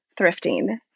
thrifting